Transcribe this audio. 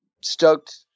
stoked